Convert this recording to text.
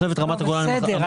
בסדר.